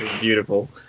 Beautiful